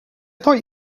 thought